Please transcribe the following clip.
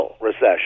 recession